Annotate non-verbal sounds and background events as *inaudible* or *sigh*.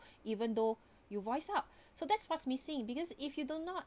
*breath* even though you voice up *breath* so that's what's missing because if you do not